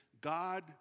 God